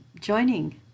joining